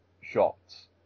shots